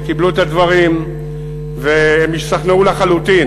וקיבלו את הדברים והשתכנעו לחלוטין,